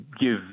give